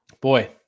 boy